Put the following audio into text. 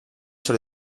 sur